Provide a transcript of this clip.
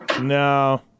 No